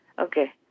Okay